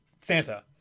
Santa